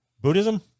Buddhism